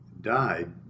died